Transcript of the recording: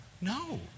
No